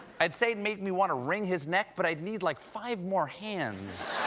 i'd say it made me want to wring his neck, but i'd need like five more hands.